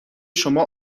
شما